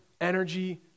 energy